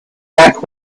back